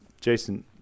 Jason